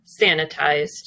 sanitized